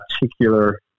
particular